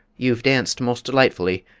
you've danced most delightfully,